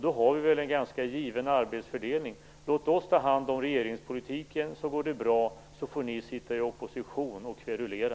Vi har då en ganska given arbetsfördelning: Om ni låter oss ta hand om regeringspolitiken går det bra. Ni kan då sitta i opposition och kverulera.